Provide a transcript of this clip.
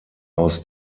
aus